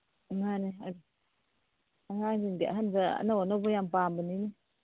ꯃꯥꯅꯦ ꯑꯉꯥꯡꯁꯤꯡꯗꯤ ꯑꯍꯟꯕ ꯑꯅꯧ ꯑꯅꯧꯕ ꯌꯥꯝ ꯄꯥꯝꯕꯅꯤꯅꯦ